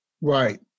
Right